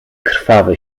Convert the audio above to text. krwawy